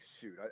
shoot